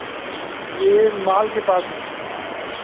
ये माल के पास हुई